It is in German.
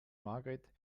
margret